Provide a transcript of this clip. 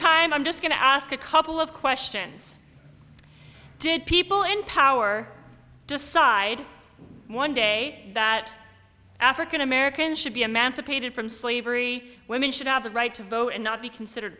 time i'm just going to ask a couple of questions did people in power decide one day that african americans should be a man's or painted from slavery women should have the right to vote and not be considered